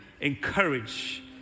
encourage